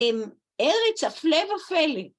‫עם ארץ הפלא ופלא.